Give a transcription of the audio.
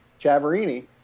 Chavarini